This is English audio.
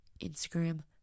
Instagram